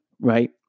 right